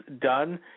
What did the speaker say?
done